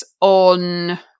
on